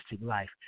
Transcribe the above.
life